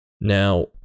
now